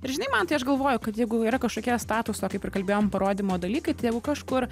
ir žinai mantai aš galvoju kad jeigu yra kažkokie statuso kaip ir kalbėjom parodymo dalykai tai jeigu kažkur